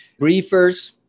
briefers